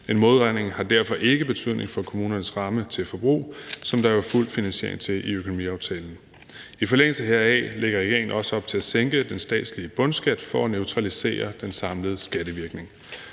En modregning har derfor ikke betydning for kommunernes ramme til forbrug, som der jo er fuld finansiering til i økonomiaftalen. I forlængelse heraf lægger regeringen også op til at sænke den statslige bundskat for at neutralisere den samlede skattevirkning.